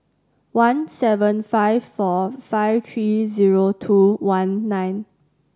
one seven five four five three zero two one nine